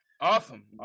Awesome